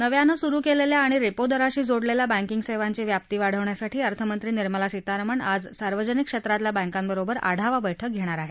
नव्यानं सुरु केलेल्या आणि रेपोदराशी जोडलेल्या बँकिंग सेवांची व्याप्ती वाढवण्यासाठी अर्थमंत्री निर्मला सीतारामन आज सार्वजनिक क्षेत्रातल्या बँकांबरोबर आढावा बैठक घेणार आहेत